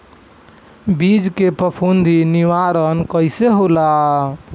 बीज के फफूंदी निवारण कईसे होला?